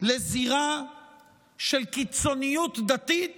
לזירה של קיצוניות דתית